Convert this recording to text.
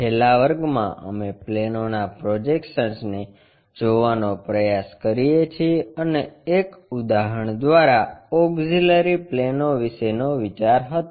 છેલ્લા વર્ગમાં અમે પ્લેનોના પ્રોજેક્શનને જોવાનો પ્રયાસ કરીએ છીએ અને એક ઉદાહરણ દ્વારા ઓક્ષીલરી પ્લેનો વિશેનો વિચાર હતો